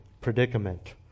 predicament